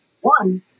One